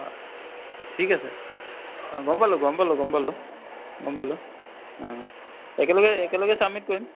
অঁ ঠিক আছে অঁ গম পালোঁ গম পালোঁ গম পালোঁ গম পালোঁ অঁ একেলগে একেলগে চাব্মিট কৰিম